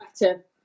better